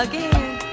Again